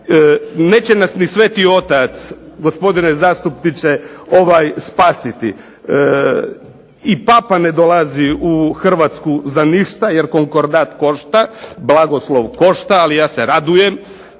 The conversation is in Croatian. Neće nas i Sveti Otac gospodine zastupniče spasiti. I Papa ne dolazi u Hrvatsku za ništa, jer konkordat košta. Blagoslov košta, ali ja se radujem,